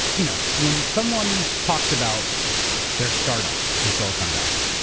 you know, when someone talks about their startup in silicon valley,